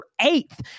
eighth